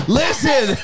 listen